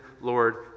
Lord